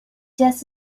just